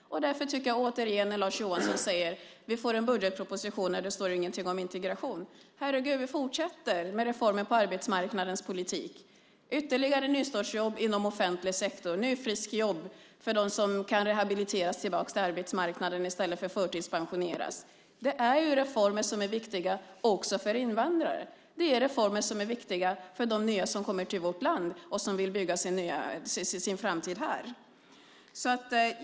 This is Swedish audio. Lars Johansson säger att vi får en budgetproposition där det inte står någonting om integration. Men vi fortsätter med reformer på arbetsmarknadens område, till exempel ytterligare nystartsjobb inom offentlig sektor och nyfriskjobb för dem som kan rehabiliteras tillbaka till arbetsmarknaden i stället för att förtidspensioneras. Det är reformer som är viktiga också för invandrare. Det är reformer som är viktiga för de nya som kommer till vårt land och vill bygga sin framtid här.